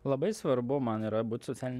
labai svarbu man yra būt socialin